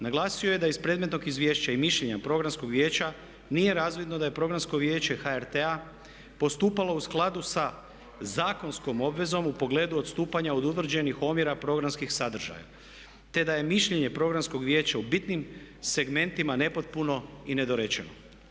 Naglasio je da je iz predmetnog izvješća i mišljenja programskog vijeća nije razvidno da je Programsko vijeće HRT-a postupalo u skladu sa zakonskom obvezom u pogledu odstupanja od utvrđenih omjera programskih sadržaja te da je mišljenje programskog vijeća u bitnim segmentima nepotpuno i nedorečeno.